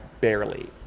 barely